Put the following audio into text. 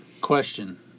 Question